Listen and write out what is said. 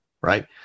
Right